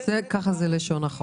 ככה זה מנוסח.